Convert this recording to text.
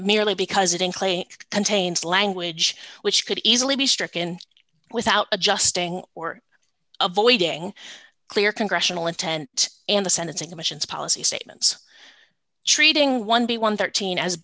merely because it in clay contains language which could easily be stricken without adjusting or avoiding clear congressional intent and the sentencing commission's policy statements treating one by one